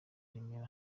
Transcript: remera